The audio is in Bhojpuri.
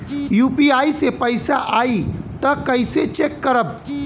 यू.पी.आई से पैसा आई त कइसे चेक करब?